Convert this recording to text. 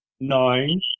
nine